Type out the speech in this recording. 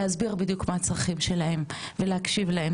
להסביר בדיוק מה הצרכים שלהם ולהקשיב להם,